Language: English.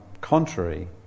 contrary